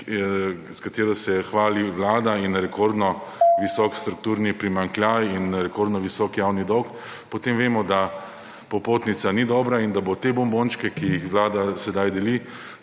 s katero se hvali Vlada, in rekordno visok strukturni / znak za konec razprave/ primanjkljaj in rekordno visok javni dolg, potem vemo, da popotnica ni dobra in da bo te bonbončke, ki jih Vlada sedaj deli,